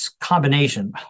combination